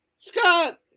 Scott